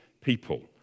people